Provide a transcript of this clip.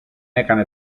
έκανε